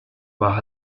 baja